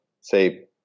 say